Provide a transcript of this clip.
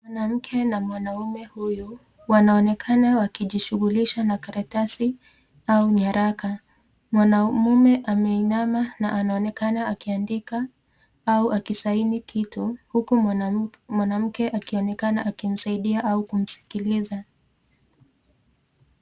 Mwanamke na mwanamume huyu wanaonekana wakijishughulisha na karatasi au nyaraka. Mwanamume ameinama na anaonekana akiandika au akisaini kitu, huku mwanamke akionekana akimsaidia au kumsikiliza.